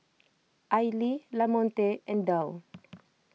Aili Lamonte and Dow